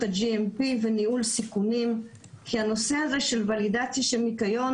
ה-GMP וניהול סיכונים כי הנושא הזה של ולידציית ניקיון